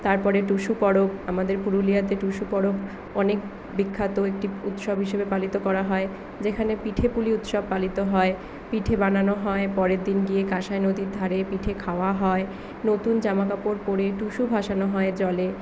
তারপরে টুসু পরব আমাদের পুরুলিয়াতে টুসু পরব অনেক বিখ্যাত একটি উৎসব হিসাবে পালিত করা হয় যেখানে পিঠেপুলি উৎসব পালিত হয় পিঠে বানানো হয় পরের দিন গিয়ে কাঁসাই নদীর ধারে পিঠে খাওয়া হয় নতুন জামাকাপড় পরে টুসু ভাসানো হয় জলে